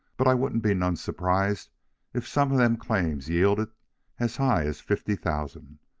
but i wouldn't be none surprised if some of them claims yielded as high as fifty thousand.